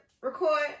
record